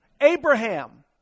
Abraham